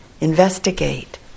Investigate